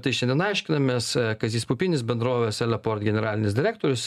tai šiandien aiškinamės kazys pupinis bendrovės eleport generalinis direktorius